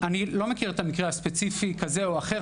אני לא מכיר מקרה ספציפי כזה או אחר,